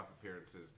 appearances